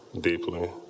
deeply